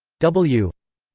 w?